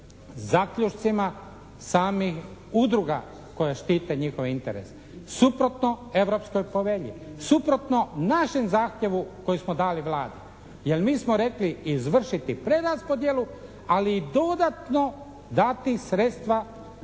zaključcima samih udruga koje štite njihove interese, suprotno Europskoj povelji, suprotno našem zahtjevu koji smo dali Vladi jer mi smo rekli izvršiti preraspodjelu ali i dodatno dati sredstva gradovima